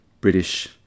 British